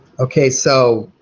okay, so